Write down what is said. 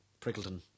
Prickleton